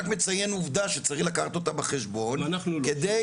רק מציין עובדה שצריך לקחת אותה בחשבון כדי...